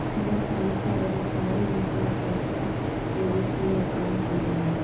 नगरपालिका एगो शहरी निकाय शासन के रूप मे काम करो हय